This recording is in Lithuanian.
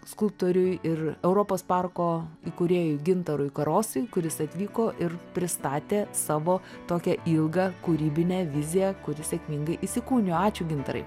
skulptoriui ir europos parko įkūrėjui gintarui karosui kuris atvyko ir pristatė savo tokią ilgą kūrybinę viziją kuri sėkmingai įsikūnijo ačiū gintarai